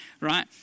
right